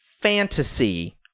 fantasy